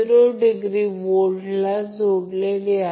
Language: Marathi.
हे हे एक आहे आणि कारण Vab दुसरे काहीही नाही परंतु VL आहे